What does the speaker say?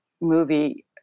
movie